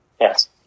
Yes